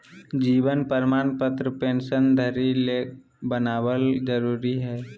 जीवन प्रमाण पत्र पेंशन धरी के बनाबल जरुरी हइ